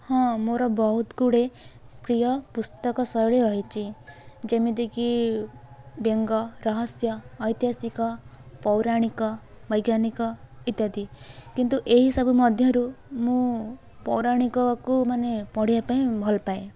ହଁ ମୋର ବହୁତ ଗୁଡ଼େ ପ୍ରିୟ ପୁସ୍ତକ ଶୈଳୀ ରହିଛି ଯେମିତି କି ବେଙ୍ଗ ରହସ୍ୟ ଐତିହାସିକ ପୌରାଣିକ ବୈଜ୍ଞାନିକ ଇତ୍ୟାଦି କିନ୍ତୁ ଏହି ସବୁ ମଧ୍ୟରୁ ମୁଁ ପୌରାଣିକକୁ ମାନେ ପଢ଼ିବା ପାଇଁ ଭଲପାଏ